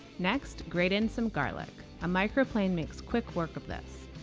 next, grate in some garlic a microplane makes quick work of this.